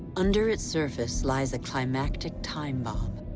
under its surface lies a climatic time-bomb.